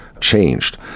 changed